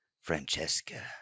Francesca